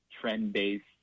trend-based